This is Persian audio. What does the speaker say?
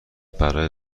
برای